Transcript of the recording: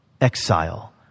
exile